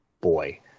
boy